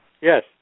Yes